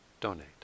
donate